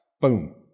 Boom